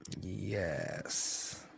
Yes